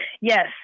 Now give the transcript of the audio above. Yes